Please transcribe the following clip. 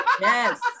Yes